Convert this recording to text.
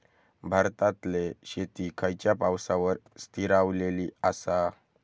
भारतातले शेती खयच्या पावसावर स्थिरावलेली आसा?